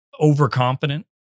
overconfident